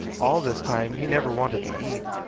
all this time he never wanted to eat.